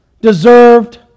deserved